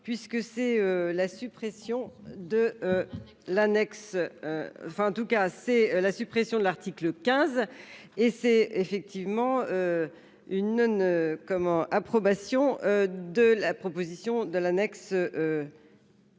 cas c'est la suppression de l'article 15. Et c'est effectivement une une comment approbation de la proposition de l'annexe.